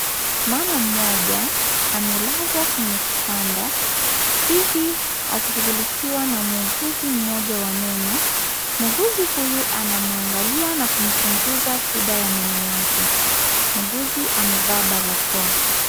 Mama mmoja amelazwa kwenye kitanda hivi akishughulikiwa na muuguzi mmoja wa meno. Muuguzi huyu anamwangalia na kumchunguza shida ya meno yake. Muuguzi amevaa barakoa.